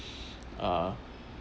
uh